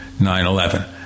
9-11